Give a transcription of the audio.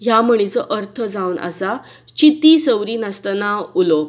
ह्या म्हणीचो अर्थ जावन आसा चिती सवरी नासतना उलोवप